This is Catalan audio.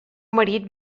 marit